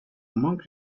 monk